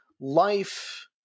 life